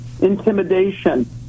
intimidation